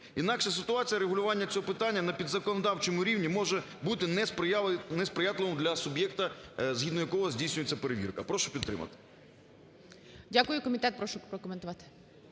Інакше ситуація регулювання цього питання на підзаконодавчому рівні може бути несприятливим для суб'єкта, згідно якого здійснюється перевірка. Прошу підтримати. ГОЛОВУЮЧИЙ. Дякую. Комітет прошу прокоментувати.